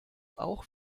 auch